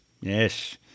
Yes